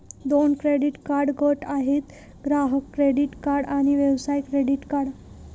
दोन credit card गट आहेत, ग्राहक क्रेडिट कार्ड आणि व्यवसाय क्रेडिट कार्ड